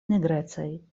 nigrecaj